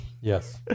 Yes